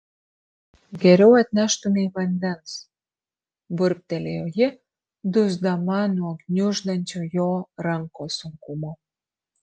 geriau atneštumei vandens burbtelėjo ji dusdama nuo gniuždančio jo rankos sunkumo